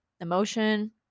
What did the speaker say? emotion